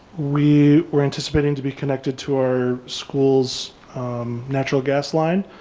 we were anticipating to be connected to our school's natural gas line,